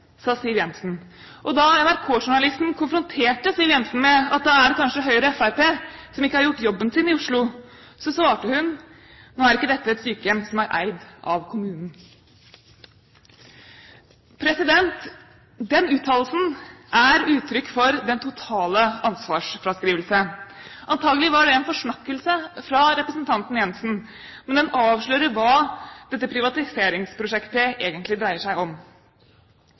sa Siv Jensen. Og da NRK-journalisten konfronterte Siv Jensen med at da er det kanskje Høyre og Fremskrittspartiet som ikke har gjort jobben sin i Oslo, svarte hun: «Nå er jo ikke dette et sykehjem som er eid av kommunen.» Den uttalelsen er uttrykk for den totale ansvarsfraskrivelse. Antakelig var det en forsnakkelse fra representanten Jensen, men den avslører hva dette privatiseringsprosjektet egentlig dreier seg om.